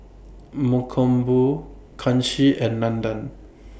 Mankombu Kanshi and Nandan